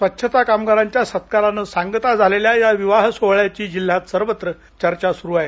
स्वच्छता कामगारांच्या सत्कारान सांगता झालेल्या या विवाह सोहळ्याची जिल्ह्यात सर्वत्र चर्चा सुरू आहे